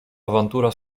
awantura